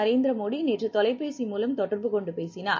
நரேந்திர மோடி நேற்று தொலைபேசி மூலம் தொடர்பு கொண்டு பேசினார்